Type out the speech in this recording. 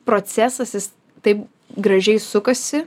procesas jis taip gražiai sukasi